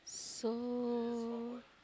so